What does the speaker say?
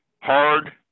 hard